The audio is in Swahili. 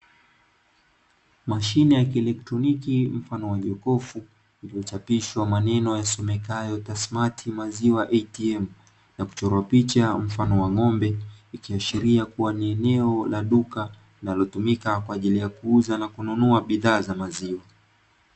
Mashine ya kielektroniki mfano wa jokofu, iliyochapishwa maneno yasomekayo "Tasmati maziwa ATM". Na kuchorwa picha mfano wa ng’ombe ikiashiria kuwa ni eneo la duka linalotumika kwa ajili ya kuuza na kununua bidhaa za maziwa.